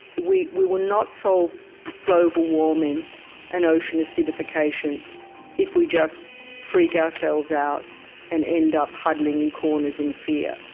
we we will not solve global warming and ocean acidification if we just freak ourselves out and end up huddling in corners in fear.